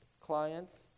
clients